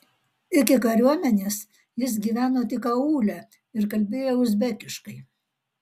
iki kariuomenės jis gyveno tik aūle ir kalbėjo uzbekiškai